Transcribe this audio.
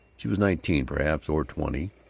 she was nineteen, perhaps, or twenty.